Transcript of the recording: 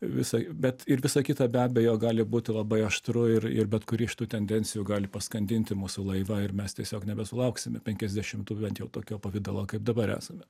visaip bet ir visa kita be abejo gali būti labai aštru ir ir bet kuri iš tų tendencijų gali paskandinti mūsų laivą ir mes tiesiog nebesulauksime penkiasdešimtų bent jau tokio pavidalo kaip dabar esame